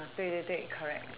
对对对 correct